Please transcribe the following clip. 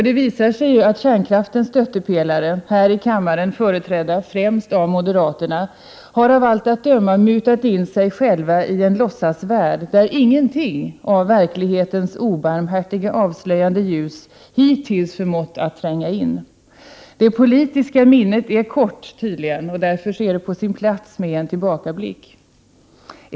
Det visar sig att kärnkraftens stöttepelare, här i kammaren företrädda främst av moderaterna, av allt att döma har mutat in sig själva i en låtsasvärld, där ingenting av verklighetens obarmhärtiga avslöjande ljus hittills förmått att tränga in. Det politiska minnet är tydligen kort, och därför är det på sin plats med en tillbakablick.